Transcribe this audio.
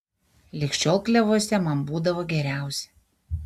lig šiol klevuose man būdavo geriausia